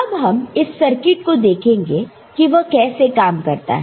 अब हम इस सर्किट को देखेंगे कि वह कैसे काम करता है